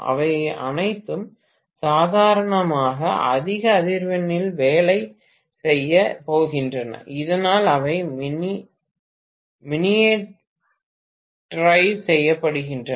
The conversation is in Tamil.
அவை அனைத்தும் சாதாரணமாக அதிக அதிர்வெண்ணில் வேலை செய்யப் போகின்றன இதனால் அவை மினியேட்டரைஸ் செய்யப்படுகின்றன